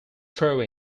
through